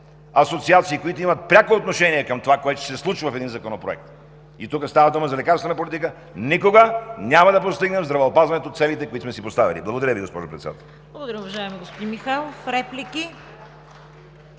асоциации, които имат пряко отношение към това, което ще се случва в един законопроект, и тук става дума за лекарствена политика, никога няма да постигнем в здравеопазването целите, които сме си поставили. Благодаря Ви, госпожо Председател. (Ръкопляскания от „БСП за България“.)